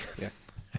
Yes